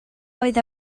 oedd